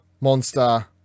monster